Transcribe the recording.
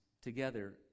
together